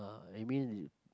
I mean you